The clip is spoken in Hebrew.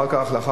לאחר מכן,